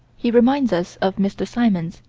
he reminds us of mr. symons,